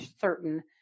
certain